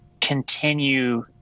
continue